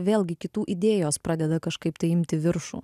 vėlgi kitų idėjos pradeda kažkaip tai imti viršų